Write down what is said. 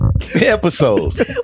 episodes